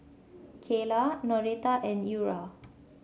Kaela Noretta and Eura